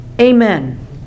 Amen